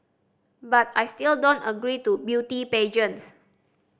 but I still don't agree to beauty pageants